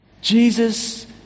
Jesus